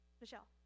Michelle